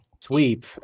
sweep